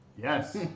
Yes